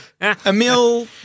Emil